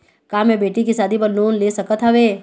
का मैं बेटी के शादी बर लोन ले सकत हावे?